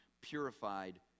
purified